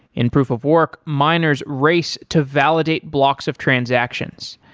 in proof of work, miners race to validate blocks of transactions.